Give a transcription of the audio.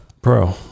bro